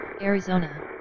Arizona